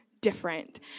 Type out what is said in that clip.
different